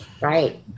Right